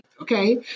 Okay